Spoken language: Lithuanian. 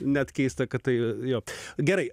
net keista kad tai jo gerai